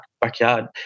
backyard